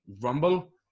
Rumble